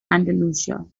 andalusia